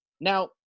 Now